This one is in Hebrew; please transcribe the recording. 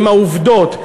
עם העובדות,